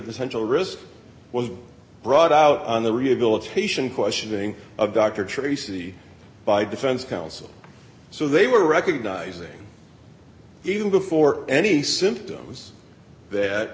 central wrist was brought out on the rehabilitation questioning of dr tracy by defense counsel so they were recognizing even before any symptoms that